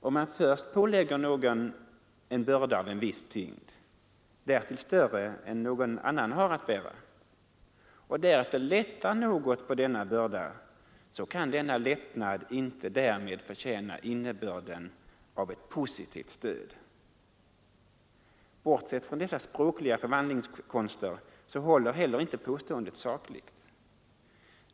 Om man först pålägger någon en börda av viss tyngd — därtill större än någon annan har att bära — och därefter lättar något på denna börda så kan denna ”lättnad” inte därmed förtjäna innebörden ”av ett positivt stöd”. Bortsett från dessa språkliga förvandlingskonster, så håller heller inte påståendet sakligt.